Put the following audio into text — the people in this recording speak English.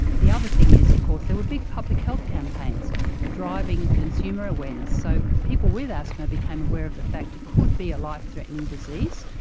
the other thing is of course there were big public health campaigns driving consumer awareness. so people with asthma became aware of the fact it could be a life-threatening disease,